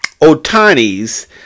Otani's